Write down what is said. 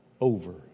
over